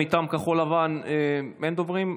מטעם כחול לבן אין דוברים.